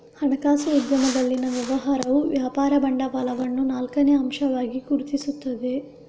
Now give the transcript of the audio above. ಹಣಕಾಸು ಉದ್ಯಮದಲ್ಲಿನ ವ್ಯವಹಾರವು ವ್ಯಾಪಾರ ಬಂಡವಾಳವನ್ನು ನಾಲ್ಕನೇ ಅಂಶವಾಗಿ ಗುರುತಿಸುತ್ತದೆ